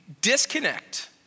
disconnect